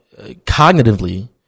cognitively